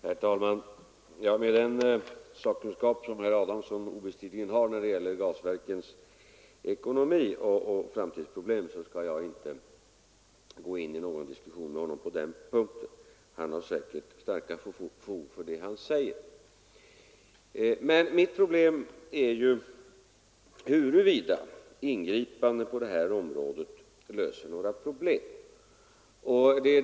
Herr talman! Med den sakkunskap som herr Adamsson obestridligen har när det gäller gasverkens ekonomi och framtida problem skall jag inte gå in i någon diskussion med honom på den punkten. Han har säkert starkt fog för det han säger. Mitt problem är emellertid huruvida ingripanden på detta område löser några problem.